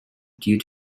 due